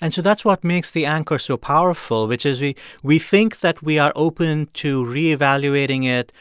and so that's what makes the anchor so powerful, which is we we think that we are open to reevaluating it,